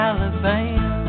Alabama